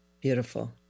Beautiful